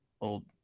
old